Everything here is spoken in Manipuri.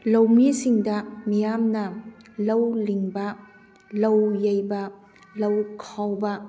ꯂꯧꯃꯤꯁꯤꯡꯗ ꯃꯤꯌꯥꯝꯅ ꯂꯧ ꯂꯤꯡꯕ ꯂꯧ ꯌꯩꯕ ꯂꯧ ꯈꯥꯎꯕ